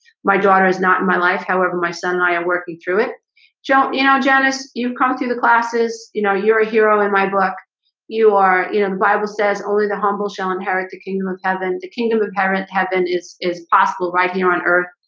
my daughter is not in my life however, my son and i are working through it don't you know janice you've come through the classes, you know? you're a hero in my book you are in ah bible says only the humble shall inherit the kingdom of heaven the kingdom of parents have been is is possible right here on earth